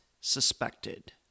suspected